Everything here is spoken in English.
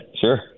Sure